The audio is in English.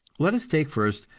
let us take, first,